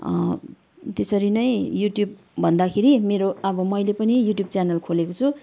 त्यसरी नै युट्युब भन्दाखेरि मेरो अब मैले पनि युट्युब च्यानल खोलेको छु